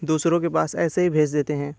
दूसरों के पास ऐसे ही भेज देते हैं